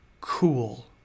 cool